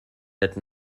had